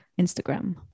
Instagram